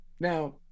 now